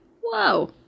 Whoa